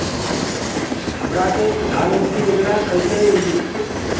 हमरा के प्रधानमंत्री योजना कईसे मिली?